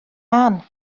ann